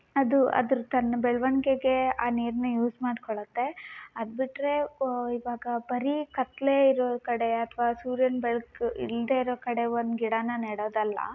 ಅದು ಅದ್ರ ತನ್ನ ಬೆಳ್ವಣಿಗೆಗೆ ಆ ನೀರನ್ನೇ ಯೂಸ್ ಮಾಡ್ಕೊಳ್ಳುತ್ತೆ ಅದು ಬಿಟ್ಟರೆ ಇವಾಗ ಬರೀ ಕತ್ತಲೆ ಇರೋ ಕಡೆ ಅಥ್ವಾ ಸೂರ್ಯನ ಬೆಳ್ಕು ಇಲ್ಲದೇ ಇರೋ ಕಡೆ ಒಂದು ಗಿಡನ ನೆಡೋದಲ್ಲ